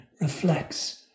reflects